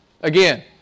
again